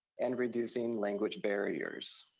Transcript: and reducing language barriers.